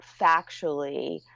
factually